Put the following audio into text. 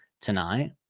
tonight